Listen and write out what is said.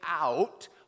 out